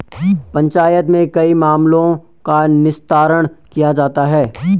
पंचायत में कई मामलों का निस्तारण किया जाता हैं